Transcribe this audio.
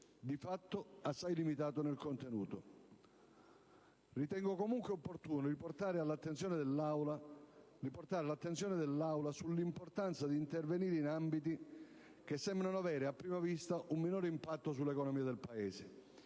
di fatto assai limitato nel contenuto. Ritengo comunque opportuno riportare l'attenzione dell'Aula sull'importanza di intervenire in ambiti che sembrano avere a prima vista un minor impatto sull'economia del Paese,